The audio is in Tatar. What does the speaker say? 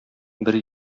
бер